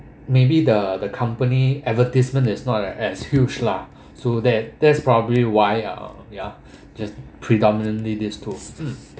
maybe the the company advertisement is not as as huge lah so that that's probably why ah ya just predominantly these two